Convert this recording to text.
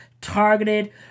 targeted